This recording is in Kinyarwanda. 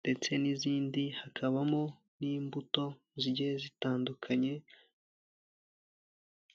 ndetse n'izindi, hakabamo n'imbuto zigiye zitandukanye.